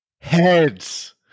Heads